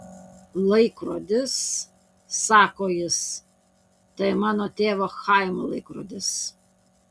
laikrodis sako jis tai mano tėvo chaimo laikrodis